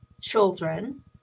children